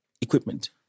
equipment